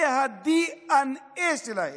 זה הדנ"א שלהם.